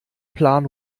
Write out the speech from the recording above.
plan